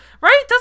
Right